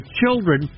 children